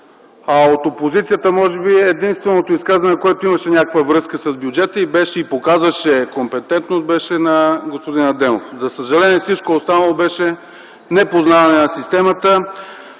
От опозицията единственото изказване, което може би имаше някаква връзка с бюджета и показваше компетентност, беше на господин Адемов. За съжаление, всичко останало беше непознаване на системата.